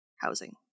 housing